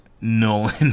Nolan